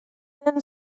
thin